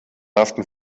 haften